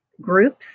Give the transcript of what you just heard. groups